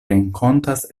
renkontas